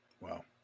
Wow